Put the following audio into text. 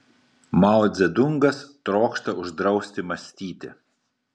mao dzedungas trokšta uždrausti mąstyti